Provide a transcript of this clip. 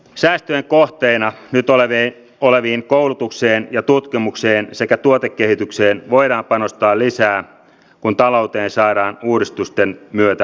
säästöjen kohteina nyt oleviin koulutukseen ja tutkimukseen sekä tuotekehitykseen voidaan panostaa lisää kun talouteen saadaan uudistusten myötä liikkumavaraa